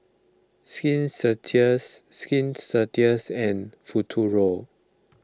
Skin Ceuticals Skin Ceuticals and Futuro